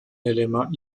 élément